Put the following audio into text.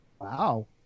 Wow